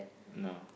no